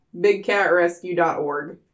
Bigcatrescue.org